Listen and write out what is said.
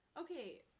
Okay